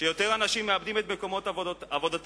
כשיותר אנשים מאבדים את מקומות עבודתם